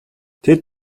тэд